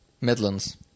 Midlands